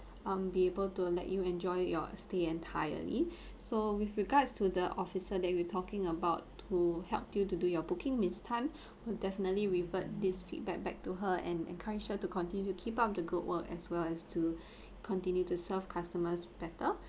um be able to let you enjoy your stay entirely so with regards to the officer that we talking about to help you to do your booking miss tan we'll definitely referred this feedback back to her and encourage her to continue to keep up the good work as well as to continue to serve customers better